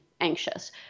anxious